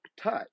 touch